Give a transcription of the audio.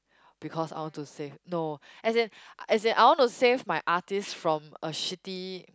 because I want to save no as in as in I wanna save my artists from a shitty